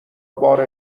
بار